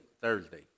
Thursday